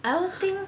I don't think